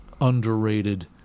underrated